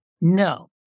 no